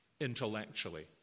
intellectually